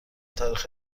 تاریخ